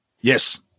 Yes